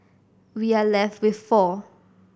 we are left with four